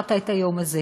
שאפשרת את היום הזה.